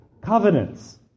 covenants